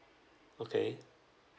okay